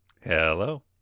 Hello